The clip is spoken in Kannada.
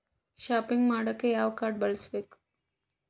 ಷಾಪಿಂಗ್ ಮಾಡಾಕ ಯಾವ ಕಾಡ್೯ ಬಳಸಬೇಕು?